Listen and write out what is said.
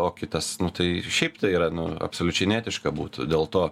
o kitas nu tai šiaip tai yra absoliučiai neetiška būtų dėl to